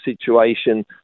situation